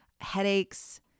headaches